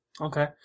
Okay